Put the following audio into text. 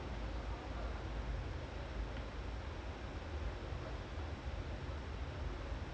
no but எனக்கு புரியால ஏன்:enakku puriyala yaen they sell the place was so less like racketees they sell like one point five mil what the hell